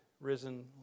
risen